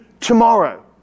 tomorrow